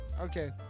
Okay